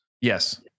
Yes